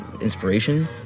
inspiration